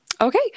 Okay